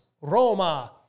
Roma